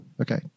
okay